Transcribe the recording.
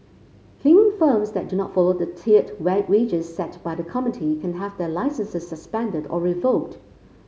cleaning firms that do not follow the tiered wages set by the committee can have their licences suspended or revoked